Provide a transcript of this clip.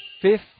fifth